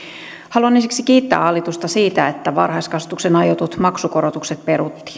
haluan ensiksi kiittää hallitusta siitä että varhaiskasvatukseen aiotut maksukorotukset peruttiin